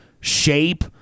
shape